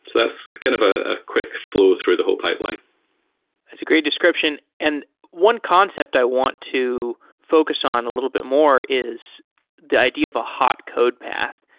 that's kind of a a quick flow through the whole pipeline that's a great description. and one concept i want to focus on a little bit more is the idea of a hot code path,